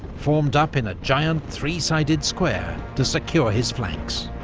formed up in a giant three-sided square, to secure his flanks.